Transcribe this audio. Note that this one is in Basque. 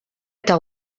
eta